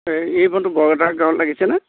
এই এই ফোনটো বৰপথাৰ গাঁৱত লাগিছেনে